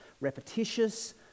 repetitious